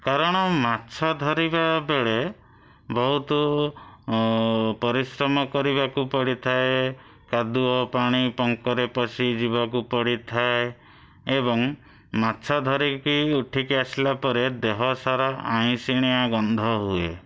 କାରଣ ମାଛ ଧରିବାବେଳେ ବହୁତ ପରିଶ୍ରମ କରିବାକୁ ପଡ଼ିଥାଏ କାଦୁଅ ପାଣି ପଙ୍କରେ ପଶି ଯିବାକୁ ପଡ଼ିଥାଏ ଏବଂ ମାଛ ଧରିକି ଉଠିକି ଆସିଲାପରେ ଦେହସାରା ଆଇଁସିଣିଆ ଗନ୍ଧ ହୁଏ